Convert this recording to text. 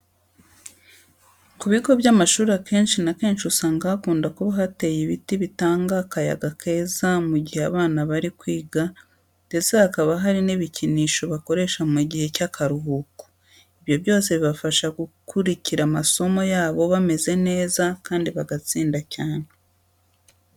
Ku bigo by'amashuri akenshi na kenshi usanga hakunda kuba hateye ibiti bitanga akayaga keza mu gihe abana bari kwiga ndetse hakaba hari n'ibikinisho bakoresha mu gihe cy'akaruhuko. Ibyo byose bibafasha gukurikira amasomo yabo bameze neza kandi bagatsinda cyane.